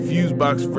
Fusebox